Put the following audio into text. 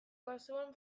kasuan